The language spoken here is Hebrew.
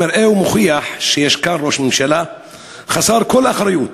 זה מראה ומוכיח שיש כאן ראש ממשלה חסר כל אחריות,